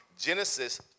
Genesis